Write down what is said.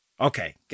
Okay